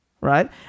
right